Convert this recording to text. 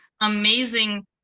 amazing